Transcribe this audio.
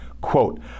quote